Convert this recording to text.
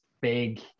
big